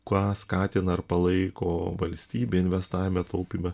ką skatina ir palaiko valstybė investavime taupyme